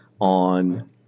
on